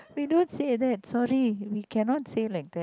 we don't say that sorry we cannot say like that